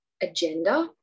agenda